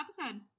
episode